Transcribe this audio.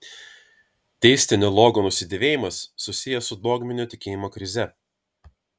teistinio logo nusidėvėjimas susijęs su dogminio tikėjimo krize